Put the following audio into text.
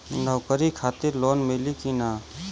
नौकरी खातिर लोन मिली की ना?